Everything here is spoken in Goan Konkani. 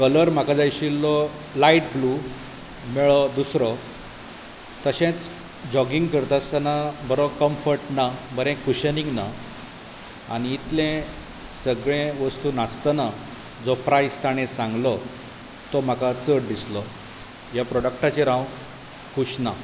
कलर म्हाका जाय आशिल्लो लायट ब्लू मेळ्ळो दुसरो तशेंच जॉगींग करतास्तना बरो कम्फट ना बरें कुशनींग ना आनी इतलें सगळें वस्तू नासतना जो प्रायस ताणें सांगलो तो म्हाका चड दिसलो ह्या प्रॉडक्टाचेर हांव खूश ना